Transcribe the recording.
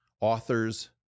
authors